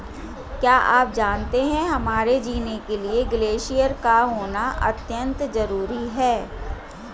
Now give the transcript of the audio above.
क्या आप जानते है हमारे जीने के लिए ग्लेश्यिर का होना अत्यंत ज़रूरी है?